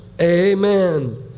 Amen